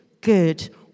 good